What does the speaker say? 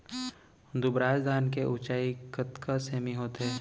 दुबराज धान के ऊँचाई कतका सेमी होथे?